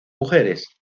mujeres